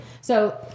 So-